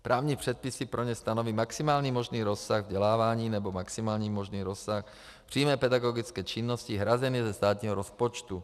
Právní předpisy pro ně stanoví maximální možný rozsah vzdělávání nebo maximální možný rozsah přímé pedagogické činnosti hrazené ze státního rozpočtu.